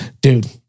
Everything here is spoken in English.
Dude